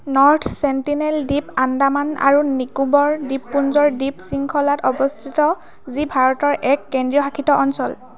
north Sentinel দ্বীপ আন্দামান আৰু নিকোবৰ দ্বীপপুঞ্জৰ দ্বীপ শৃংখলাত অৱস্থিত যি ভাৰতৰ এক কেন্দ্ৰীয় শাসিত অঞ্চল